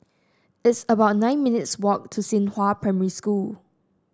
it's about nine minutes' walk to Xinghua Primary School